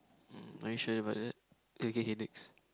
mm are you sure about that okay K next